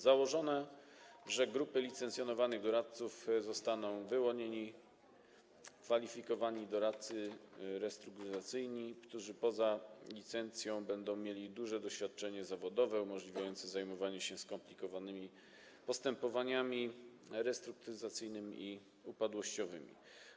Założono, że jeśli chodzi o grupy licencjonowanych doradców, to zostaną wyłonieni kwalifikowani doradcy restrukturyzacyjni, którzy poza licencją będą mieli duże doświadczenie zawodowe umożliwiające zajmowanie się skomplikowanymi postępowaniami restrukturyzacyjnymi i upadłościowymi.